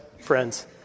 friends